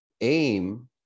aim